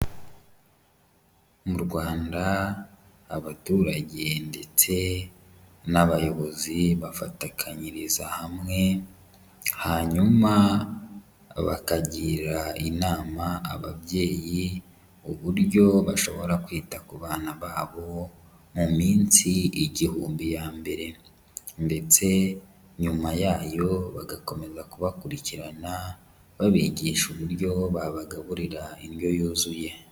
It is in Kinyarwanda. Mu Rwanda abaturage ndetse n'abayobozi bafatikanyiriza hamwe, hanyuma bakagira inama ababyeyi, uburyo bashobora kwita ku bana babo mu minsi igihumbi ya mbere ndetse nyuma yayo bagakomeza kubakurikirana, babigisha uburyo babagaburira indyo yuzuye.